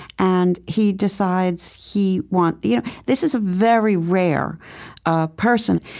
and he decides he wants you know this is a very rare ah person.